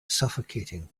suffocating